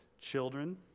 Children